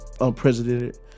unprecedented